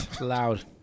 loud